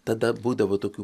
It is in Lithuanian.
tada būdavo tokių